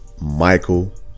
Michael